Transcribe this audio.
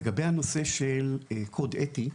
לגבי הנושא של קוד אתי,